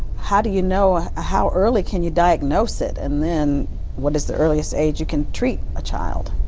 how do you know how early can you diagnose it? and then what is the earliest age you can treat a child?